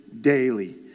daily